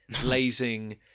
blazing